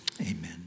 Amen